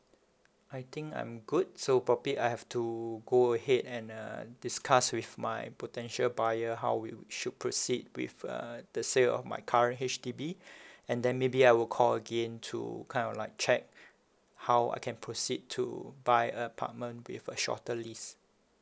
I think I'm good so probably I have to go ahead and uh discuss with my potential buyer how we would should proceed with uh the sale of my current H_D_B and then maybe I will call again to kind of like check how I can proceed to buy apartment with a shorter lease